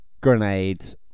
Grenades